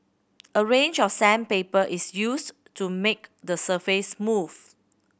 a range of sandpaper is used to make the surface smooth